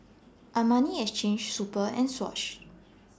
Armani Exchange Super and Swatch